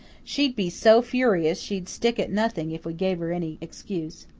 she'd be so furious she'd stick at nothing if we gave her any excuse.